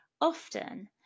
Often